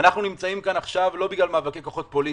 אנחנו נמצאים כאן עכשיו לא בגלל מאבקי כוחות פוליטיים.